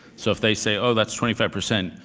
so if they say oh, that's twenty five percent,